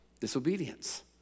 Disobedience